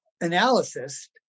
analysis